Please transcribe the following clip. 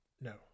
no